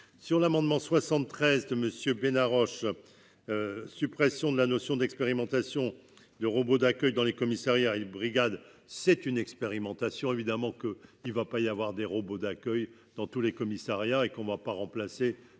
sur l'amendement 73 monsieur Bénard Roche : suppression de la notion d'expérimentation de robots d'accueil dans les commissariats et brigades c'est une expérimentation, évidemment que il ne va pas y avoir des robots d'accueil dans tous les commissariats et qu'on va pas remplacer